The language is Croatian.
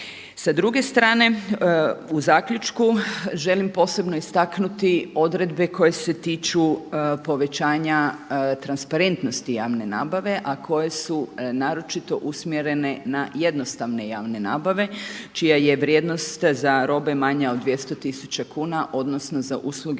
Sa druge strane u zaključku, želim posebno istaknuti odredbe koje se tiču povećanja transparentnosti javne nabave, a koje su naročito usmjerene na jednostavne javne nabave, čija je vrijednost za robe manja od 200 tisuća kuna odnosno za usluge